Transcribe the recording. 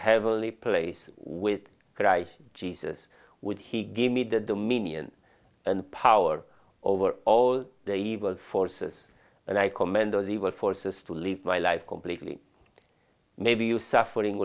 heavenly place with christ jesus would he give me the dominion and power over all the evil forces and i commend those evil forces to live my life completely maybe you suffering